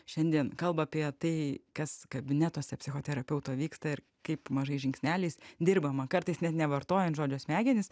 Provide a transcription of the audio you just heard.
šiandien kalba apie tai kas kabinetuose psichoterapeuto vyksta ir kaip mažais žingsneliais dirbama kartais net nevartojant žodžio smegenys